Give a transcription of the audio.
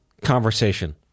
conversation